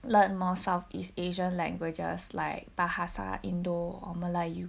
learn more south east asian languages like bahasa indo~ or melayu